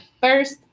First